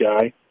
guy